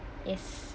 yes